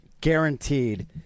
guaranteed